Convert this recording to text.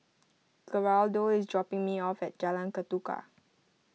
Geraldo is dropping me off at Jalan Ketuka